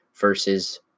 versus